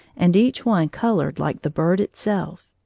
and each one colored like the bird itself.